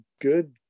good